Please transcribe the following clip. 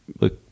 look